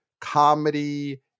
comedy